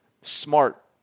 smart